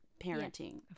parenting